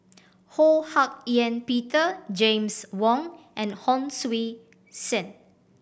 Ho Hak Ean Peter James Wong and Hon Sui Sen